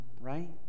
right